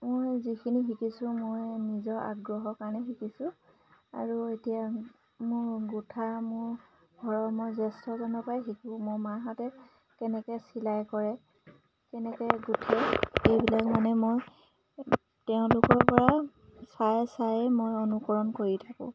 মই যিখিনি শিকিছোঁ মই নিজৰ আগ্ৰহৰ কাৰণে শিকিছোঁ আৰু এতিয়া মোৰ গোঁঠা মোৰ ঘৰৰ মই জ্যেষ্ঠজনৰ পৰাই শিকোঁ মোৰ মাহঁতে কেনেকৈ চিলাই কৰে কেনেকৈ গোঁঠে সেইবিলাক মানে মই তেওঁলোকৰ পৰা চাই চাই মই অনুকৰণ কৰি থাকোঁ